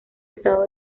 estado